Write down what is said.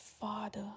father